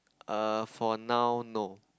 err for now no